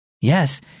Yes